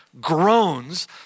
groans